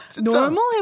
normal